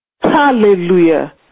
Hallelujah